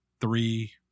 three